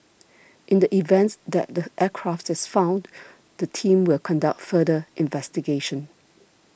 in the events that the aircraft is found the team will conduct further investigation